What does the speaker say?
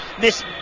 Miss